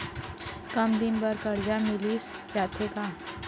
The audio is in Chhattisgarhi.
कम दिन बर करजा मिलिस जाथे का?